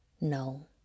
No